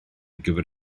gyfer